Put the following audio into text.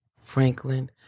Franklin